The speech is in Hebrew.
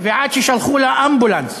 עד ששלחו לה אמבולנס.